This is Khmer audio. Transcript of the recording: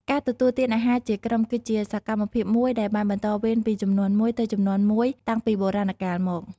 ការទទួលទានអាហារជាក្រុមគឺជាសកម្មភាពមួយដែលបានបន្តវេនពីជំនាន់មួយទៅជំនាន់មួយតាំងពីបុរាណកាលមក។